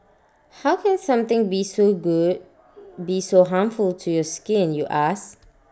how can something be so good be so harmful to your skin you ask